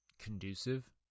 Conducive